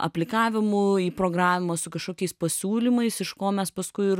aplikavimu į programą su kažkokiais pasiūlymais iš ko mes paskui ir